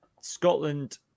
Scotland